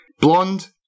Blonde